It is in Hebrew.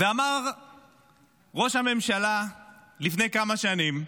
אמר ראש הממשלה לפני כמה שנים,